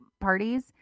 parties